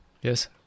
Yes